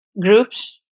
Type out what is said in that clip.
groups